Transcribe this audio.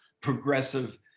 progressive